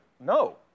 No